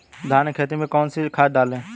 धान की खेती में कौन कौन सी खाद डालें?